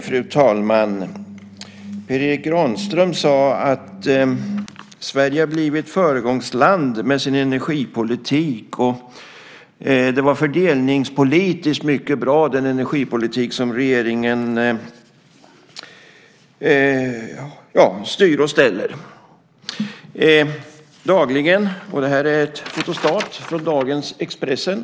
Fru talman! Per Erik Granström sade att Sverige har blivit ett föregångsland med sin energipolitik. Den energipolitik som regeringen styr och ställer med var fördelningspolitiskt mycket bra. Jag visar här en kopia av en sida i dagens Expressen.